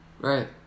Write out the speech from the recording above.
right